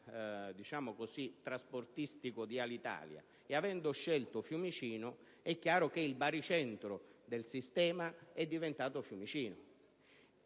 sistema trasportistico di Alitalia e avendo scelto Fiumicino), il baricentro del sistema è diventato Fiumicino.